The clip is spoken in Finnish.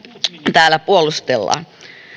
täällä puolustellaan